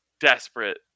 desperate